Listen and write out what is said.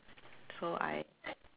so I